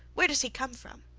where does he come from?